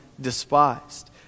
despised